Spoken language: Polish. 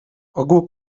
ogół